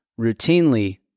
routinely